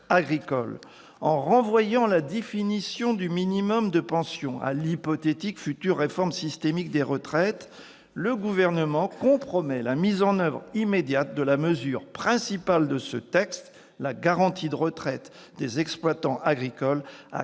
En renvoyant la définition du minimum de pension à l'hypothétique future réforme systémique des retraites, le Gouvernement compromet la mise en oeuvre immédiate de la mesure principale de ce texte : madame la ministre ! Cette méthode